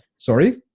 sorry?